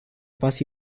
pas